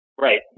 right